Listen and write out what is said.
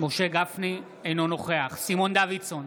אינו נוכח סימון דוידסון,